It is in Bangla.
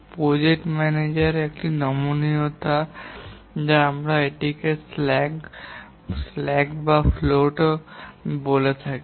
প্রজেক্ট ম্যানেজারের এটি নমনীয়তা যা আমরা এটিকে স্ল্যাক বা ফ্লোটও বলে থাকি